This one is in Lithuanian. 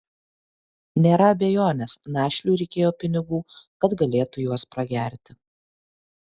nėra abejonės našliui reikėjo pinigų kad galėtų juos pragerti